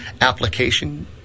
application